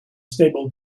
stable